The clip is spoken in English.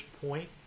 point